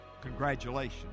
congratulations